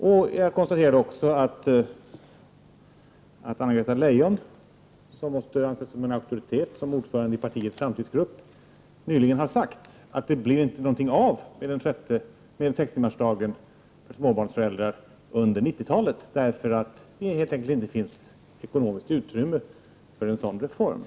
Vidare konstaterade jag att Anna-Greta Leijon, som väl ändå anses vara en auktoritet med tanke på att hon är ordförande i partiets framtidsgrupp, nyligen har sagt att det inte blir något av sextimmarsdagen för småbarnsföräldrar under 90-talet. Anledningen är helt enkelt att det inte finns något ekonomiskt utrymme för en sådan reform.